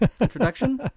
introduction